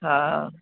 हा